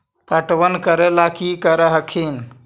पटबन करे ला की कर हखिन?